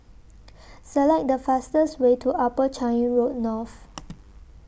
Select The fastest Way to Upper Changi Road North